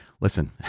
listen